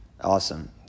awesome